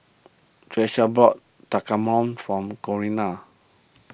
Tiesha bought Tekkadon from Corinna